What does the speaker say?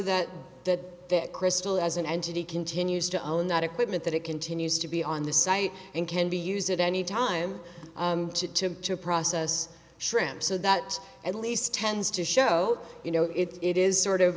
that that that crystal as an entity continues to own that equipment that it continues to be on the site and can be used at any time to process shrimp so that at least tends to show you know it is sort of